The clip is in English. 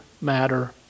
matter